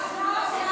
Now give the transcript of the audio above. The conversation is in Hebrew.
חשבתם.